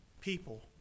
people